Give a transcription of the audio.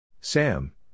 Sam